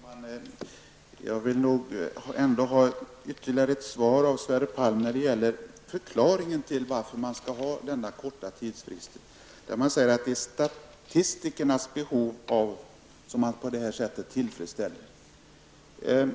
Fru talman! Jag vill nog ändå ha ytterligare ett svar av Sverre Palm, med förklaring till varför man skall ha denna korta tidsfrist. Det sägs att man på det här sättet tillfredsställer statistikernas behov.